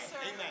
Amen